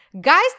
Guys